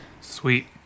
Sweet